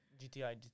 GTI